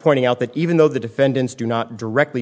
pointing out that even though the defendants do not directly